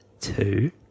two